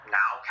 now